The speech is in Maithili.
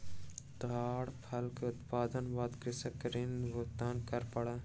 ताड़ फल के उत्पादनक बाद कृषक के ऋण भुगतान कर पड़ल